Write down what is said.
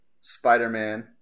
spider-man